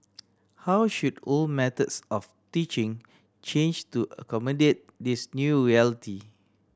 how should old methods of teaching change to accommodate this new reality